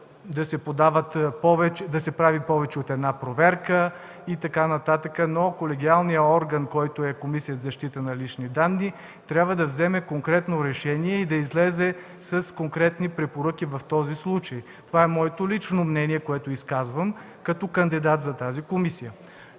да се прави повече от една проверка и така нататък. Колегиалният орган, какъвто е Комисията за защита на личните данни, трябва да вземе конкретно решение и да излезе с конкретни препоръки по този случай. Изказвам личното си мнение, като кандидат за тази комисия.